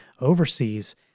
overseas